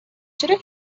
چرا